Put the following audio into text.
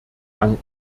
danken